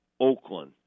oakland